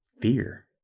fear